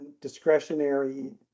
discretionary